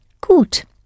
Gut